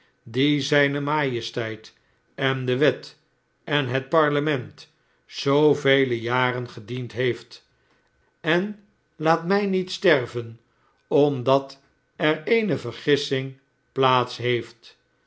die zijne majesteit en de wet en het parlement zoovele jaren gediend heeft en laat mij niet sterven omdat er eene vergissing plaats heeft